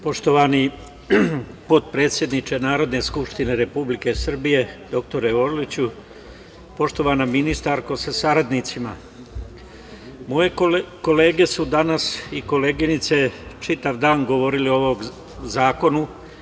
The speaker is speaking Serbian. Poštovani potpredsedniče Narodne skupštine Republike Srbije dr Orliću, poštovana ministarko sa saradnicima, moje kolege i koleginice su danas čitav dan govorili o ovom zakonu.